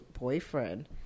boyfriend